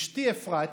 אשתי אפרת,